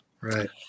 right